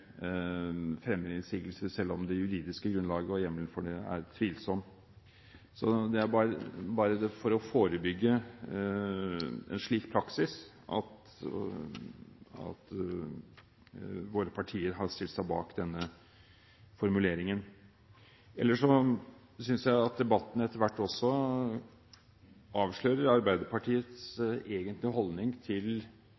fremmer innsigelser, selv om hjemmelen for det juridiske grunnlaget er tvilsom. Det er bare for å forebygge en slik praksis at våre partier har stilt seg bak denne formuleringen. Ellers synes jeg at debatten etter hvert også avslører Arbeiderpartiets